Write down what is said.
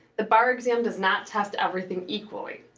the bar exam does not test everything equally.